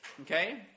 Okay